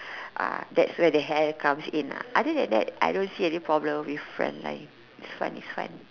ah that's where the hell is comes in ah other than that I don't see any problem with front line it's fun it's fun